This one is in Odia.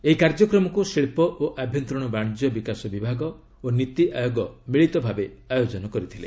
ଏହି କାର୍ଯ୍ୟକ୍ରମକୁ ଶିଳ୍ପ ଓ ଆଭ୍ୟନ୍ତରୀଣ ବାଶିଜ୍ୟ ବିକାଶ ବିଭାଗ ଓ ନୀତି ଆୟୋଗ ମିଳିତ ଭାବେ ଆୟୋଜନ କରିଥିଲେ